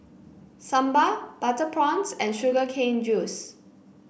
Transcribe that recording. Sambal Butter Prawns and Sugar Cane Juice